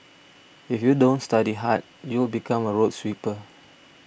if you don't study hard you become a road sweeper